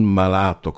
malato